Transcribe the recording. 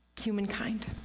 humankind